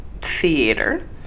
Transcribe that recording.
theater